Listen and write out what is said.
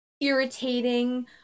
irritating